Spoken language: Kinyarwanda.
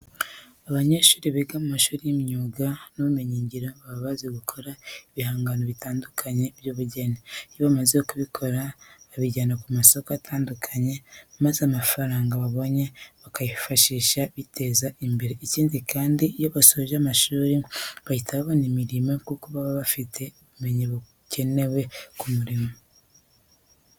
Abanyeshuri biga mu mashuri y'imyuga n'ubumenyingiro baba bazi gukora ibihangano bitandukanye by'ubugeni. Iyo bamaze kubikora babijyana ku masoko atandukanye maza amafaranga babonye bakayifashisha biteza imbere. Ikindi kandi, iyo basoje amashuri bahita babona imirimo kuko baba bafite ubumenyi bukenewe ku murimo.